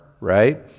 right